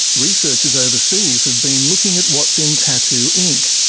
researchers overseas have been looking at what's in tattoo ink,